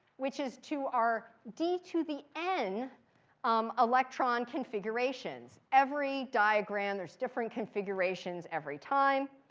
which is to our d to the n um electron configurations. every diagram, there's different configurations every time.